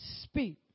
speak